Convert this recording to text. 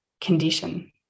condition